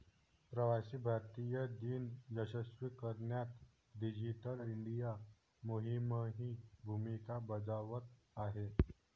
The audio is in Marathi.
प्रवासी भारतीय दिन यशस्वी करण्यात डिजिटल इंडिया मोहीमही भूमिका बजावत आहे